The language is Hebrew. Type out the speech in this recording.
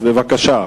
בבקשה.